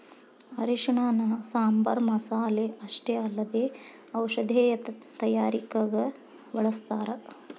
ಅರಿಶಿಣನ ಸಾಂಬಾರ್ ಮಸಾಲೆ ಅಷ್ಟೇ ಅಲ್ಲದೆ ಔಷಧೇಯ ತಯಾರಿಕಗ ಬಳಸ್ಥಾರ